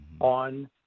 on